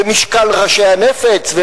משקל ראשי הנפץ,